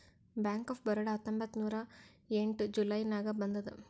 bank of Baroda ಹತ್ತೊಂಬತ್ತ್ ನೂರಾ ಎಂಟ ಜುಲೈ ನಾಗ್ ಬಂದುದ್